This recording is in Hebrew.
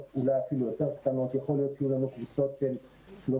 יותר קטנות ויכול להיות שיהיו לנו קבוצות עם שלושה,